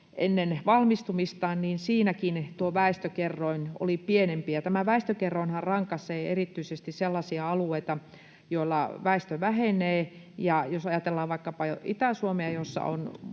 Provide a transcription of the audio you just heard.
ennen valmistumistaan, tuo väestökerroin oli pienempi. Tämä väestökerroinhan rankaisee erityisesti sellaisia alueita, joilla väestö vähenee. Jos ajatellaan vaikkapa Itä-Suomea, jossa on